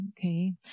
okay